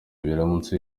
biramutse